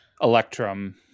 Electrum